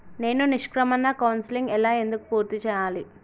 నేను నిష్క్రమణ కౌన్సెలింగ్ ఎలా ఎందుకు పూర్తి చేయాలి?